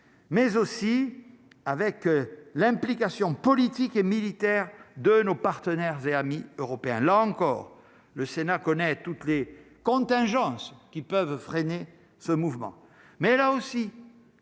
mais aussi avec l'implication politique et militaire de nos partenaires et amis européens, là encore, le Sénat connaît toutes les contingences qui peuvent freiner ce mouvement mais elle a aussi.